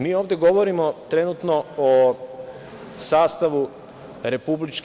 Mi ovde govorimo trenutno o sastavu RIK.